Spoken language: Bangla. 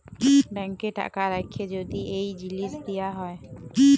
ব্যাংকে টাকা রাখ্যে যদি এই জিলিস দিয়া হ্যয়